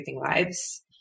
lives